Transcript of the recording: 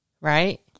right